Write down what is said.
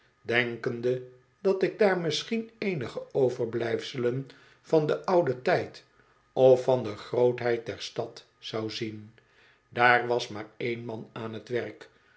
denkende dat ik daar misschien eenige overblijfselen van den ouden tijd of van de grootheid der stad zou zien daar was maar én man aan t werk